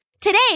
Today